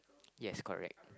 yes correct